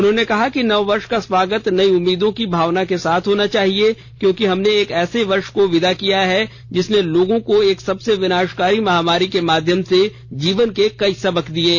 उन्होंने कहा कि नववर्ष का स्वागत नई उम्मीदों की भावना के साथ होना चाहिये क्योंकि हमने एक ऐसे वर्ष को विदा किया है जिसने लोगों को एक सबसे विनाशकारी महामारी के माध्यम से जीवन के कई सबक दिये